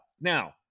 Now